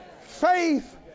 Faith